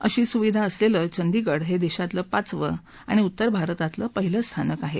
अशी सुविधा असलेलं चंडीगढ हे देशातलं पाचवं आणि उत्तर भारतातलं पहिलं स्थानक आहे